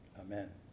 Amen